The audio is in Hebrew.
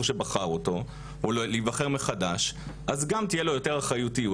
שבחר אותו או להיבחר מחדש אז גם תהיה לו יותר אחריותיות,